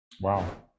Wow